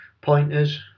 pointers